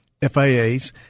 FIAs